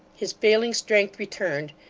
his failing strength returned,